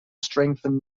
strengthen